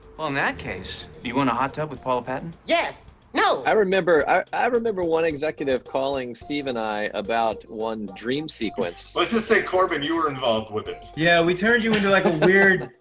well, in that case, you wanna hot tub with paula patton? yes! no! i remember i i remember one executive calling steve and i about one dream sequence. let's just say, corbin, you were involved with it. yeah, we turned you into, like, a weird,